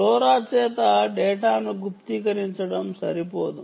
LoRa చేత డేటాను గుప్తీకరించడం సరిపోదు